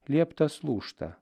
lieptas lūžta